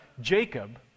Jacob